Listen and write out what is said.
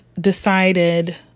decided